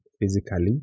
physically